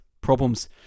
Problems